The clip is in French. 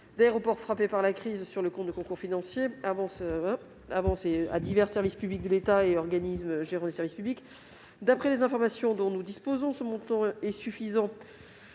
d'aéroports frappés par la crise sur le compte de concours financiers « Avances à divers services publics de l'État et organismes gérant des services publics ». D'après les informations dont nous disposons, ce montant est suffisant